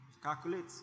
Calculate